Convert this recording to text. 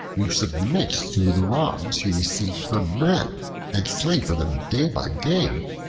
you submit to the wrongs you receive from men and slave for them day by day,